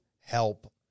help